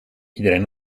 iedereen